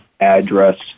address